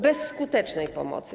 Bezskutecznej pomocy.